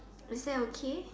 is that okay